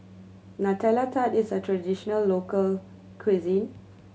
Nutella Tart is a traditional local cuisine